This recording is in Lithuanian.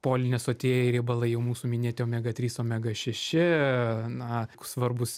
polinesotieji riebalai jau mūsų minėti omega trys omega šeši na svarbūs